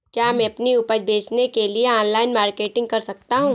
क्या मैं अपनी उपज बेचने के लिए ऑनलाइन मार्केटिंग कर सकता हूँ?